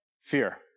fear